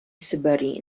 syberii